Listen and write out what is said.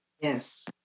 Yes